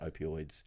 opioids